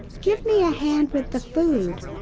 give me a hand with the food!